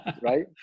Right